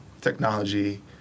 technology